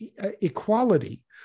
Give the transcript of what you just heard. equality